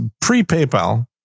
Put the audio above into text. pre-PayPal